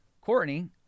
Courtney